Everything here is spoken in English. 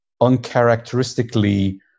uncharacteristically